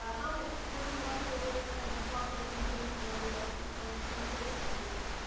alice county water shortages has a process includes border adjustment for specific approvals,